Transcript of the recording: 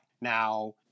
Now